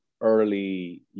early